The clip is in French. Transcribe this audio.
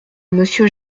monsieur